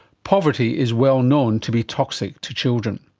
poverty is well known to be toxic to children.